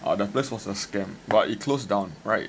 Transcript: and the first was a scam but it closed down right